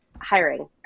hiring